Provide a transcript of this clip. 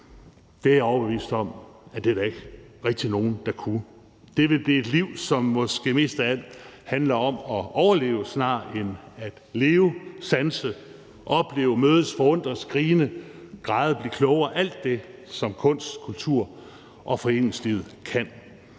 Det er jeg overbevist om at der ikke rigtig var nogen der kunne. Det ville blive et liv, som måske mest af alt handler om at overleve snarere end at leve, sanse, opleve, mødes, forundres, grine, græde og blive klogere, altså alt det, som kunsten, kulturen og foreningslivet kan.